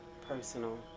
personal